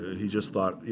he just thought, you